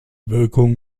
wirkung